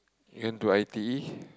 and to I_T_E